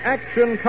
Action